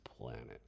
planet